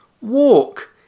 Walk